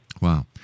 Wow